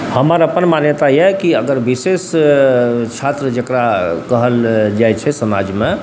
हमर अपन मान्यता अइ कि अगर विशेष छात्र जकरा कहल जाइ छै समाजमे